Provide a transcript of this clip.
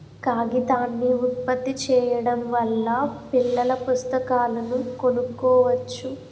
కాగితాన్ని ఉత్పత్తి చేయడం వల్ల పిల్లల పుస్తకాలను కొనుక్కోవచ్చు